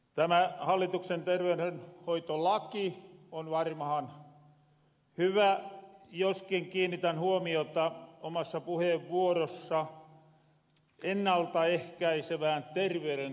tämä hallituksen terveyrenhoitolaki on varmahan hyvä joskin kiinnitän huomiota omassa puheenvuorossa ennalta ehkäisevään terveyrenhoitoon